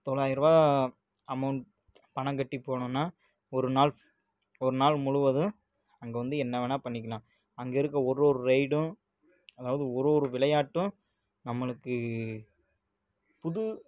தொள்ளாயர்ரூபா amount பணம் கட்டி போனோம்னா ஒரு நாள் ஃபு ஒரு நாள் முழுவதும் அங்கே வந்து என்ன வேணுணா பண்ணிக்கலாம் அங்கே இருக்கற ஒரு ஒரு ரைடும் அதாவது ஒரு ஒரு விளையாட்டும் நம்மளுக்கு புது